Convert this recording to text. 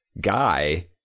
guy